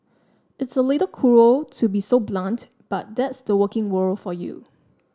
it's a little cruel to be so blunt but that's the working world for you